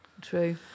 True